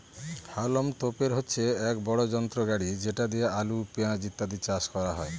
হাউলম তোপের হচ্ছে এক বড় যন্ত্র গাড়ি যেটা দিয়ে আলু, পেঁয়াজ ইত্যাদি চাষ করা হয়